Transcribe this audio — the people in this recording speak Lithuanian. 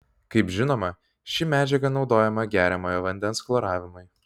kaip žinoma ši medžiaga naudojama geriamojo vandens chloravimui